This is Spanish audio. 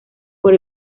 por